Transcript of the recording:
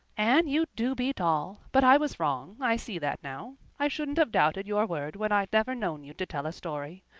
anne, you do beat all! but i was wrong i see that now. i shouldn't have doubted your word when i'd never known you to tell a story.